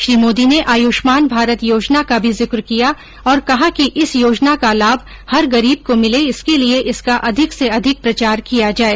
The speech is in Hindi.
श्री मोदी ने आयुष्मान भारत योजना का भी जिक्र किया और कहा कि इस योजना का लाभ हर गरीब को मिले इसके लिए इसका अधिक से अधिक प्रचार किया जाए